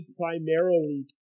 primarily